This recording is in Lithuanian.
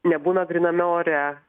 nebūna gryname ore